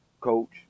coach